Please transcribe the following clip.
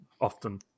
often